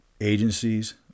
agencies